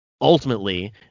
Ultimately